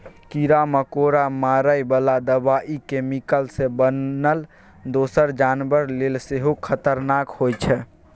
कीरा मकोरा मारय बला दबाइ कैमिकल सँ बनल दोसर जानबर लेल सेहो खतरनाक होइ छै